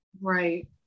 Right